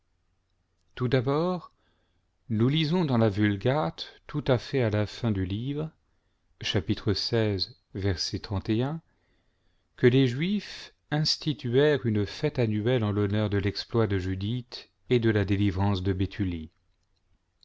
tout d'abord nous lisons is la vulgate tout à fait à la fin du livre que les juifs instituer it une fête annuelle en l'honneur de l'exploit de judith et de la délivrance de béthulie